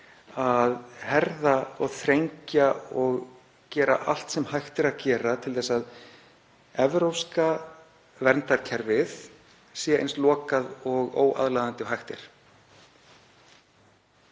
að herða og þrengja og gera allt sem hægt er að gera til að evrópska verndarkerfið sé eins lokað og óaðlaðandi og hægt er.